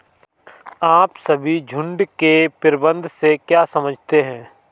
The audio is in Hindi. आप सभी झुंड के प्रबंधन से क्या समझते हैं?